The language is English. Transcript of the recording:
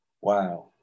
wow